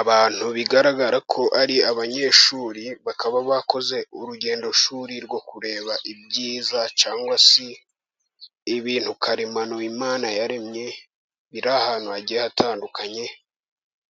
Abantu bigaragara ko ari abanyeshuri bakaba bakoze urugendoshuri rwo kureba ibyiza cyangwa se ibintu karemano imana yaremye biri ahantu hagiye hatandukanye